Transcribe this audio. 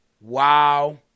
Wow